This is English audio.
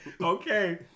Okay